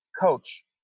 coach